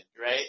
right